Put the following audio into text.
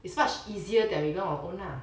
it's much easier than we learn our own lah